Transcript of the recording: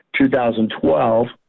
2012